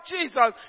Jesus